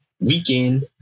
weekend